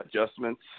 Adjustments